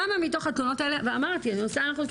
כמה מתוך התלונות האלה ואמרתי אני עושה הנחות,